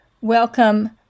Welcome